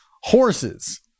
Horses